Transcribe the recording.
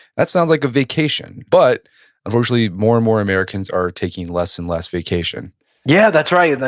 that sounds like a vacation, but unfortunately, more and more americans are taking less and less vacation yeah, that's right.